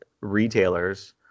retailers